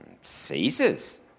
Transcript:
Caesar's